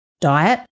Diet